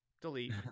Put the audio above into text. Delete